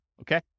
okay